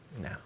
No